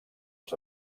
els